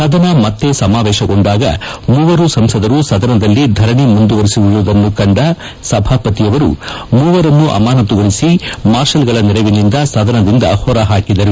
ಸದನ ಮತ್ತೆ ಸಮಾವೇಶಗೊಂಡಾಗ ಮೂವರೂ ಸಂಸದರು ಸದನದಲ್ಲಿ ಧರಣಿ ಮುಂದುವರಿಸಿದನ್ನು ಕಂಡ ಸಭಾಪತಿ ಮೂವರನ್ನು ಅಮಾನತುಗೊಳಿಸಿ ಮಾರ್ಷಲ್ಗಳ ನೆರವಿನಿಂದ ಸದನದಿಂದ ಹೊರ ಹಾಕಿದರು